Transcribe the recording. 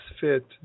fit